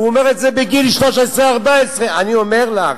הוא אומר את זה בגיל 13 14. אני אומר לך.